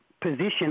position